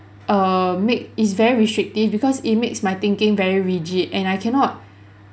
err make is very restrictive because it makes my thinking very rigid and I cannot